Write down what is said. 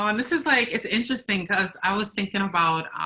um this is like, it's interesting cause i was thinking about